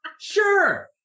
Sure